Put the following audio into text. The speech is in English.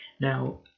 Now